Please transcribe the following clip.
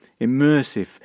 immersive